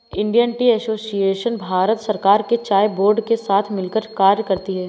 Indian tea association Bharat सरकार के चाय बोर्ड के साथ मिलकर कार्य करती है